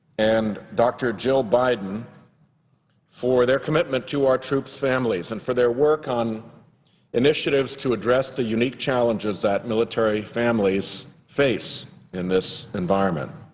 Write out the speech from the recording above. and dr. jill biden for their commitment to our troops' families and for their work on initiatives to address the unique challenges that military families face in this environment.